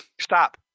Stop